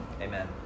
Amen